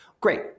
great